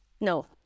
No